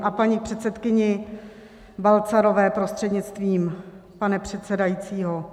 A k paní předsedkyni Balcarové prostřednictvím pana předsedajícího.